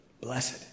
Blessed